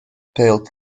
failed